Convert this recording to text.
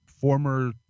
former